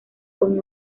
con